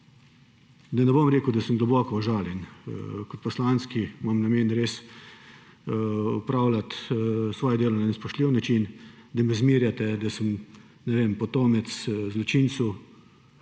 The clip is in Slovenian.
Da ne bom rekel, da sem globoko užaljen kot poslanec, ki ima namen opravljati svoje delo na spoštljiv način, da me zmerjate, da sem, ne vem, potomec zločincev,